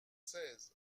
seize